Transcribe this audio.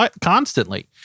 constantly